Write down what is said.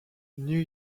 new